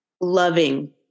loving